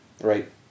Right